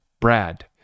Brad